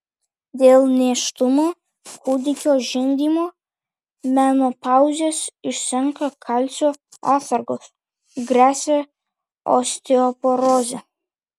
dėl nėštumo kūdikio žindymo menopauzės išsenka kalcio atsargos gresia osteoporozė